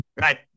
right